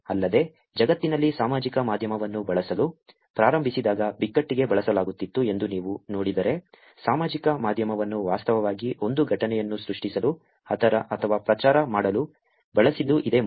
ಅಲ್ಲದೆ ಜಗತ್ತಿನಲ್ಲಿ ಸಾಮಾಜಿಕ ಮಾಧ್ಯಮವನ್ನು ಬಳಸಲು ಪ್ರಾರಂಭಿಸಿದಾಗ ಬಿಕ್ಕಟ್ಟಿಗೆ ಬಳಸಲಾಗುತ್ತಿತ್ತು ಎಂದು ನೀವು ನೋಡಿದರೆ ಸಾಮಾಜಿಕ ಮಾಧ್ಯಮವನ್ನು ವಾಸ್ತವವಾಗಿ ಒಂದು ಘಟನೆಯನ್ನು ಸೃಷ್ಟಿಸಲು ಅಥವಾ ಪ್ರಚಾರ ಮಾಡಲು ಬಳಸಿದ್ದು ಇದೇ ಮೊದಲು